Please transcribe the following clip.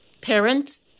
parents